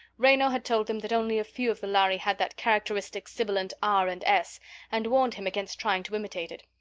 raynor had told him that only a few of the lhari had that characteristic sibilant r and s and warned him against trying to imitate it.